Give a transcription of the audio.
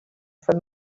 for